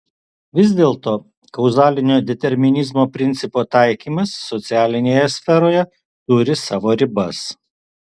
vis dėlto kauzalinio determinizmo principo taikymas socialinėje sferoje turi savo ribas